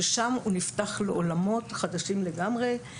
ששם הוא נפתח לעולמות חדשים לגמרי,